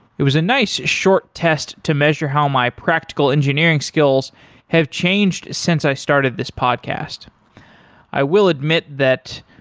it was a nice short test to measure how my practical engineering skills have changed since i started this podcast i will admit that,